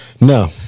No